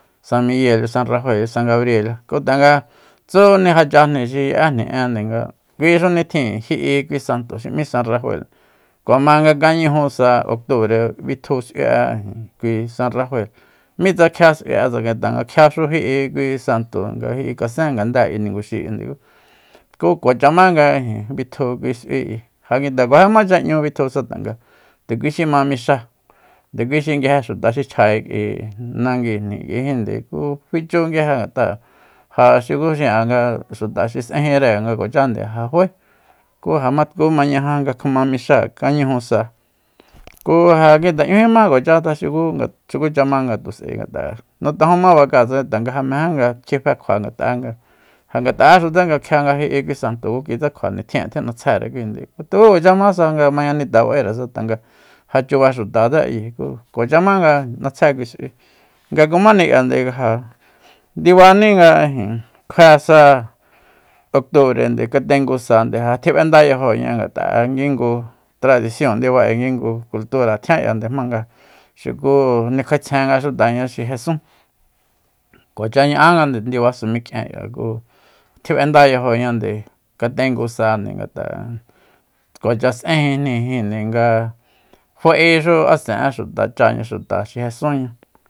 San miguel san rafael san gabrielya ku tanga tsúni já chajni xi ye'éjni ende nga kui xu nitjin ji'i kui santo xi m'í san rafael kua ma nga kañuju sa octubre bitju s'ui'e ijin kui sanfael mitsa kjia s'ui'e tsakaen tanga kjia xu ji'i kui santo nga ji'i kasengande k'ui niguxi ku kuacha ma nga bitju kui s'ui ja nguite kuajímacha 'ñu bitjusa tanga nde kui xi ma mixa ndekuixi nguije xuta xi chja kik'ui nanguijni k'uijinde ku fichu nguije ngat'a ja xuku xin'a nga xuta xi s'eginre nga kuachande ja faé ku ja matku ma ñaja nga kjuma mixáa kañuju sa ku ja nguite 'ñujima kuacha tsa xuku- xukucha ma nga tu s'ae nutojonma bakáa tsakae tanga ja mejémejé nga kji fe kjua ja ngat'a'e nga ja ngat'a'exutse kjianga ji'i kui santo ku kuitsekjua nga nitjin'e tjin'atsjere kuinde tuku kuacha mása nga mañanita ba'eresa tanga ja chuba xutatse ayi ku kuacha ma nga n'atsje kui s'ui nga kumani k'iande ja ndibani nga ijin kjue sa octubrende katengu sande ja tjib'enda yajoña ngat'a'e kingu tradision ndiba kingu kultura tjian k'iande jmanga xuku nikjaetsjenga xutaña xi jesún kuacha ña'ánga ndiba samik'ien ku tjib'enda yajoñande katengusa ngata kuacha s'ejinjnijinde nga fa'exu asen'e xuta cháña xuta xi jesunña